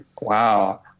Wow